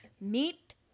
meat